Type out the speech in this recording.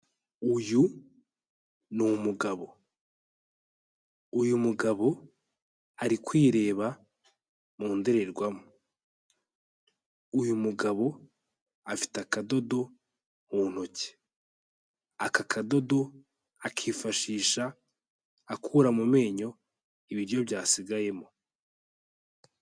Uyu ni umugabo, uyu mugabo ari kwireba mu ndorerwamo, uyu mugabo afite akadodo mu ntoki, aka kadodo akifashisha akura mu menyo ibiryo byasigayemo.